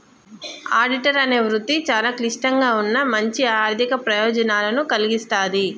auditor అనే వృత్తి చాలా క్లిష్టంగా ఉన్నా మంచి ఆర్ధిక ప్రయోజనాలను కల్గిస్తాది